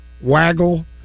waggle